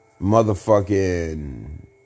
motherfucking